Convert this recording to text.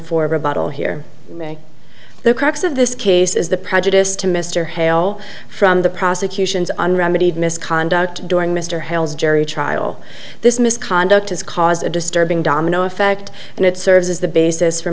for rebuttal here the crux of this case is the prejudice to mr hale from the prosecution's on remedied misconduct during mr hill's jury trial this misconduct has caused a disturbing domino effect and it serves as the basis for